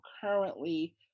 currently